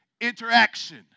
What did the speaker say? interaction